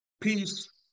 peace